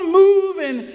moving